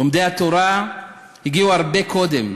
לומדי התורה הגיעו הרבה קודם,